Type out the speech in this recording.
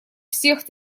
всех